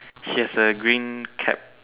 she has a green cap